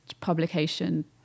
publication